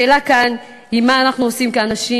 השאלה כאן היא מה אנחנו עושים כאנשים